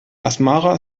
asmara